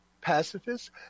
pacifists